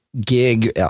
gig